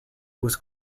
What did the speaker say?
was